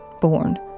born